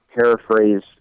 paraphrase